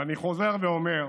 ואני חוזר ואומר: